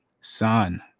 son